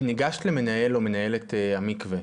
ניגשת למנהל או מנהלת המקווה,